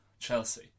Chelsea